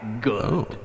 Good